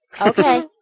Okay